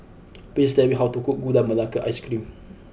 please tell me how to cook Gula Melaka ice cream